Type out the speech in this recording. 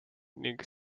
ning